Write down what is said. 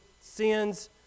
sins